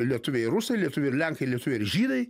lietuviai ir rusai lietuviai ir lenkai lietuviai ir žydai